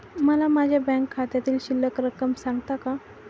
मला माझ्या बँक खात्यातील शिल्लक रक्कम सांगता का?